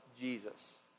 Jesus